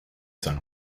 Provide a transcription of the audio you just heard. san